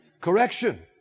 Correction